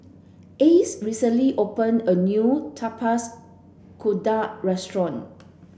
Ace recently opened a new Tapak's Kuda restaurant